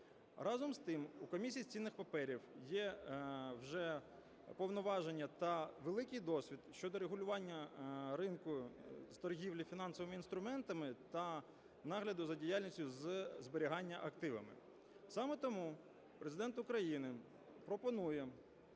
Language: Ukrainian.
Разом з тим, у Комісії з цінних паперів є вже повноваження та великий досвід щодо регулювання ринку з торгівлі фінансовими інструментами та нагляду за діяльністю зі зберігання активами. Саме тому Президент України пропонує